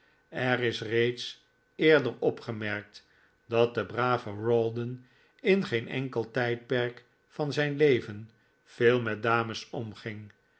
er is reeds eerder opgemerkt dat de brave rawdon in geen enkel tijdperk van zijn leven veel met dames omging